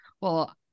well-